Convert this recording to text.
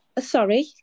Sorry